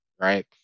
right